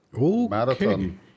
Marathon